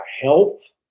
health